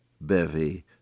bevy